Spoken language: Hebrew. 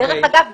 דרך אגב,